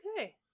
Okay